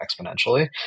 exponentially